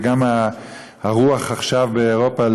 וגם הרוח באירופה עכשיו,